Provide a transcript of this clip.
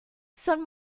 son